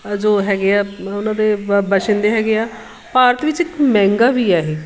ਜੋ ਹੈਗੇ ਆ ਉਹਨਾਂ ਦੇ ਬ ਬਛਿੰਦੇ ਹੈਗੇ ਆ ਭਾਰਤ ਵਿੱਚ ਮਹਿੰਗਾ ਵੀ ਹੈ ਇਹ